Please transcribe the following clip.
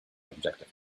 objective